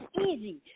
easy